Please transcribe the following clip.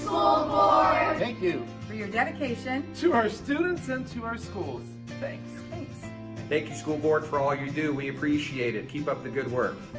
ah and thank you for your dedication to our students and to our schools. thank thank you school board for all you do. we appreciate it. keep up the good work.